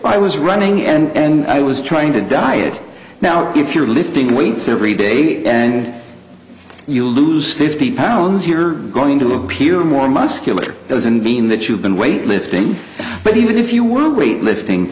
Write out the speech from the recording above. i was running and i was trying to diet now if you're lifting weights every day and you lose fifty pounds you're going to appear more muscular doesn't mean that you've been weight lifting but even if you want weight lifting